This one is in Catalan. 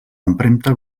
empremta